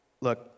Look